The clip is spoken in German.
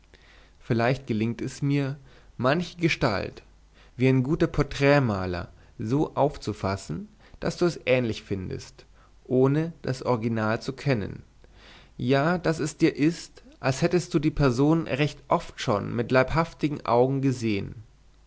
vielleicht gelingt es mir manche gestalt wie ein guter porträtmaler so aufzufassen daß du es ähnlich findest ohne das original zu kennen ja daß es dir ist als hättest du die person recht oft schon mit leibhaftigen augen gesehen